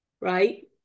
right